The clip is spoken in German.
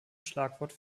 schlagwort